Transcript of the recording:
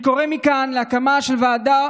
אני קורא מכאן להקמה של ועדה